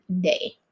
day